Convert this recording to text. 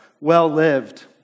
well-lived